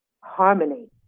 harmony